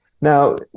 Now